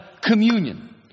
communion